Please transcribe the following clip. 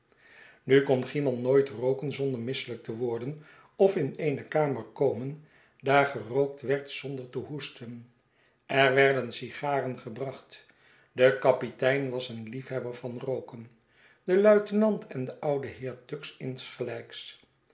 nu kon cymon nooit rooken zonder misselijk te worden of in eene kamer komen daar gerookt werd zonder te hoesten er werden sigaren gebracht de kapitein was een liefhebber van rooken de luitenant en de oude heer tuggs insgelijks